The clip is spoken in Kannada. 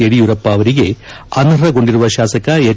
ಯಡಿಯೂರಪ್ಪ ಅವರಿಗೆ ಅನರ್ಹಗೊಂಡಿರುವ ಶಾಸಕ ಎಚ್